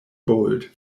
bolt